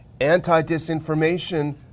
anti-disinformation